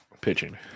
pitching